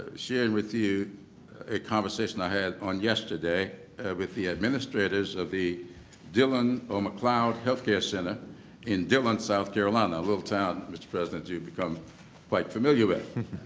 sharing with you a conversation i had on yesterday with the administrators of the dillon or mccloud health care center in dillon, south carolina, a little town, mr. president, you've become quite familiar with.